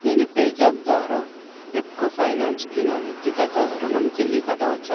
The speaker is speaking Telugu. నేను పేజాప్ ద్వారా రెప్కో ఫైనాన్స్కి నా వ్యక్తిగత రుణం తిరిగి కట్టవచ్చా